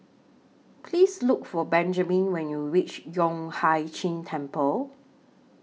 Please Look For Benjman when YOU REACH Yueh Hai Ching Temple